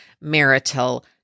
marital